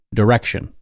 direction